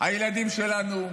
הילדים שלנו,